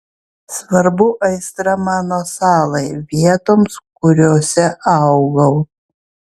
svarbu aistra mano salai vietoms kuriose augau